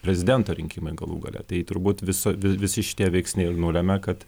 prezidento rinkimai galų gale tai turbūt viso visi šitie veiksniai ir nulemia kad